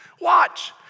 Watch